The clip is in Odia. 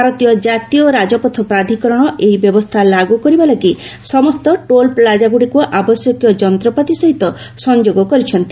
ଭାରତୀୟ ଜାତୀୟ ରାଜପଥ ପ୍ରାଧିକରଣ ଏନ୍ଏଚ୍ଏଆଇ ଏହି ବ୍ୟବସ୍ଥା ଲାଗୁ କରିବା ଲାଗି ସମସ୍ତ ଟୋଲ୍ ପ୍ଲାଜାଗୁଡ଼ିକୁ ଆବଶ୍ୟକୀୟ ଯନ୍ତ୍ରପାତି ସହିତ ସଂଯୋଗ କରିଛନ୍ତି